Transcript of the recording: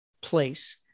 place